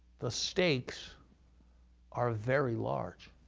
the stakes are very large.